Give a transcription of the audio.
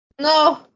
no